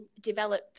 develop